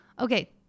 Okay